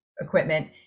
equipment